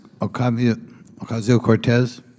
Ocasio-Cortez